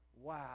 wow